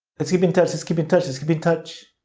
let's keep in touch. let's keep in touch. let's keep in touch.